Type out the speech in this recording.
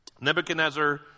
Nebuchadnezzar